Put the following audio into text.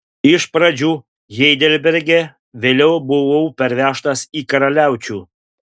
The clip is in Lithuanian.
iš pradžių heidelberge vėliau buvau pervežtas į karaliaučių